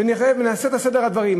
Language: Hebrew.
ונעשה סדר בדברים.